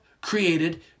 Created